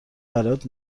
برات